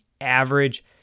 average